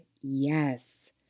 Yes